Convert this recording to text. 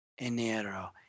Enero